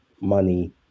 money